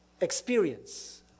experience